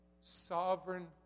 sovereign